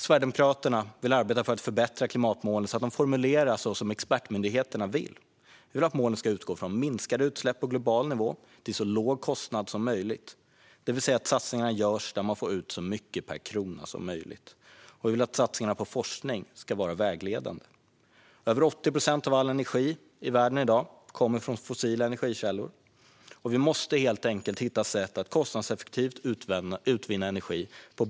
Sverigedemokraterna vill arbeta för att förbättra klimatmålen så att de formuleras så som expertmyndigheterna vill. Vi vill att målen ska utgå från minskade utsläpp på global nivå till så låg kostnad som möjligt. Satsningarna ska göras där man får ut så mycket per krona som möjligt. Vi vill att satsningarna på forskning ska vara vägledande. Över 80 procent av all energi kommer i dag från fossila energikällor. Vi måste helt enkelt hitta bättre sätt att kostnadseffektivt utvinna energi.